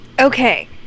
Okay